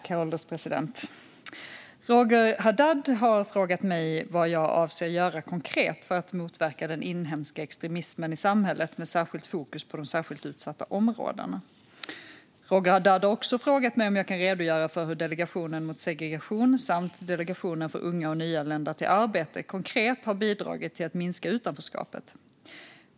Herr ålderspresident! Roger Haddad har frågat mig vad jag avser att göra konkret för att motverka den inhemska extremismen i samhället, med särskilt fokus på de särskilt utsatta områdena. Roger Haddad har också frågat mig om jag kan redogöra för hur Delegationen mot segregation samt Delegationen för unga och nyanlända till arbete konkret har bidragit till att minska utanförskapet.